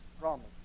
promise